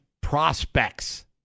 prospects